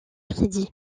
crédit